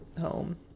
home